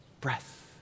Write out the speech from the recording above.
breath